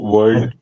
World